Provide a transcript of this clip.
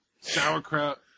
Sauerkraut